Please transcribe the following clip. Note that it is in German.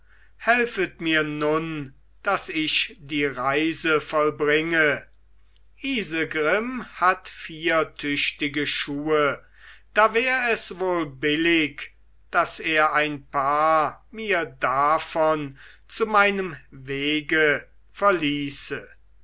helfet mir nun daß ich die reise vollbringe isegrim hat vier tüchtige schuhe da wär es wohl billig daß er ein paar mir davon zu meinem wege verließe